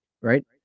right